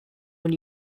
when